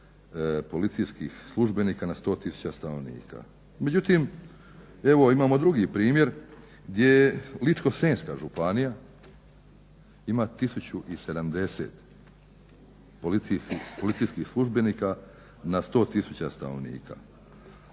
policijskih službenika na 100 tisuća stanovnika. Međutim evo imamo drugi primjer gdje je Ličko-senjska županija ima 1070 policijskih službenika na 100 tisuća stanovnika.